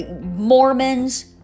Mormons